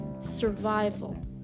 Survival